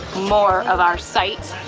more of our site.